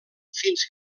fins